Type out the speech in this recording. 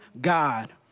God